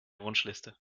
wunschliste